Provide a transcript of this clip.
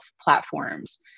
platforms